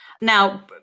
Now